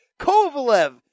Kovalev